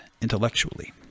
intellectually